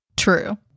True